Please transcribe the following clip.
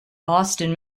boston